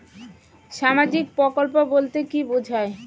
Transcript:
সামাজিক প্রকল্প বলতে কি বোঝায়?